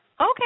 Okay